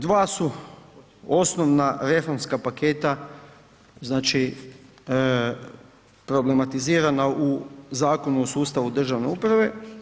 Dva su osnovna reformska paketa znači problematizirana u Zakonu o sustavu državne uprave.